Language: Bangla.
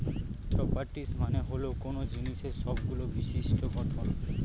প্রপারটিস মানে হল কোনো জিনিসের সবগুলো বিশিষ্ট্য গঠন